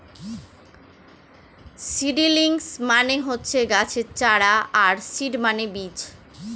seedlings মানে হচ্ছে গাছের চারা আর সিড মানে বীজ